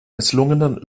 misslungenen